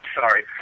sorry